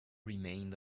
remained